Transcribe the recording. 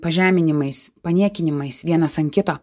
pažeminimais paniekinimais vienas ant kito